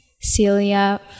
Celia